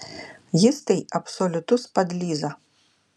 jis tai absoliutus padlyza